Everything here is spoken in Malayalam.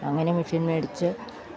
അങ്ങനെ മിഷ്യൻ മേടിച്ച്